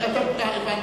הבנתי.